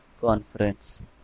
Conference